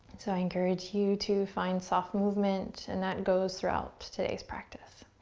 so i encourage you to find soft movement and that goes throughout today's practice.